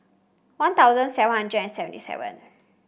One Thousand seven hundred and seventy seven